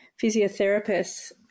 physiotherapists